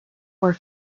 were